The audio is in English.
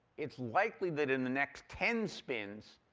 it's likely that in the next ten spins,